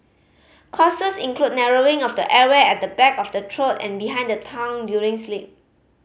causes include narrowing of the airway at the back of the throat and behind the tongue during sleep